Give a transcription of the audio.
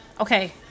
Okay